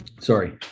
Sorry